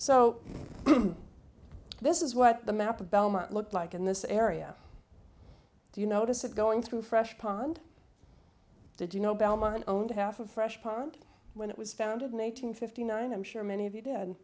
so this is what the map of belmont looked like in this area do you notice it going through fresh pond did you know belmont owned half of fresh pond when it was founded nine hundred fifty nine i'm sure many of you did